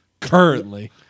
Currently